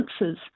answers